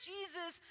Jesus